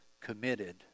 committed